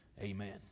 amen